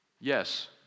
Yes